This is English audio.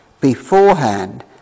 beforehand